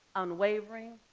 unwavering,